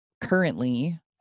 currently